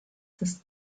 des